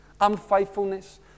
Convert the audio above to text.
unfaithfulness